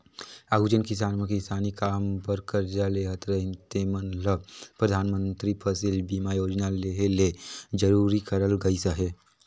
आघु जेन किसान मन किसानी काम बर करजा लेहत रहिन तेमन ल परधानमंतरी फसिल बीमा योजना लेहे ले जरूरी करल गइस अहे